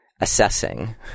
assessing